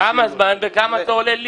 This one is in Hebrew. כמה זמן וכמה זה עולה?